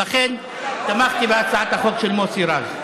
ולכן תמכתי בהצעת החוק של מוסי רז.